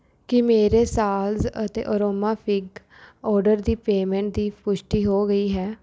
ਕੀ ਮੇਰੇ ਸਾਲਜ਼ ਅਤੇ ਅਰੋਮਾ ਫਿਗ ਆਰਡਰ ਦੀ ਪੇਮੈਂਟ ਦੀ ਪੁਸ਼ਟੀ ਹੋ ਗਈ ਹੈ